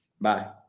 Bye